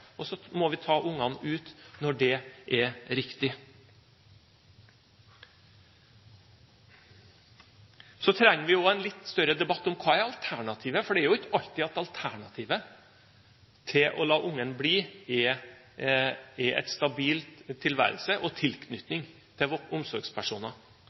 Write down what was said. Så må vi ta ungene ut når det er riktig. Så trenger vi også en litt større debatt om hva som er alternativet, for det er jo ikke alltid at alternativet til å la ungen bli er en stabil tilværelse og